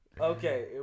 Okay